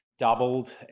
Doubled